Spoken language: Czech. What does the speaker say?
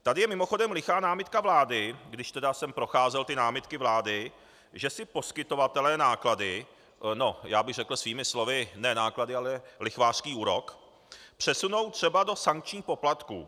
Tady je mimochodem lichá námitka vlády, když jsem tedy procházel námitky vlády, že si poskytovatelé náklady, já bych řekl svými slovy ne náklady, ale lichvářský úrok, přesunou třeba do sankčních poplatků.